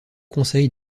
conseil